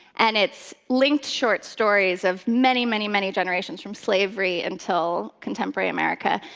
and it's linked short stories of many, many, many generations, from slavery until contemporary america,